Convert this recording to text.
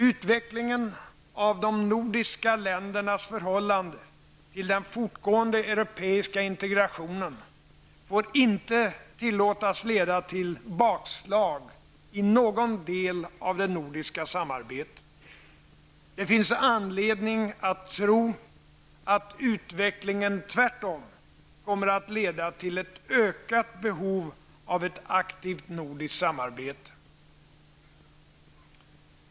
Utvecklingen av de nordiska ländernas förhållande till den fortgående europeiska integrationen får inte tillåtas leda till bakslag i någon del av det nordiska samarbetet. Det finns anledning att tro att utvecklingen tvärtom kommer att leda till ett ökat behov av ett aktivt nordiskt samarbete.